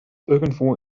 irgendwo